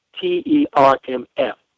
T-E-R-M-F